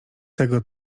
tego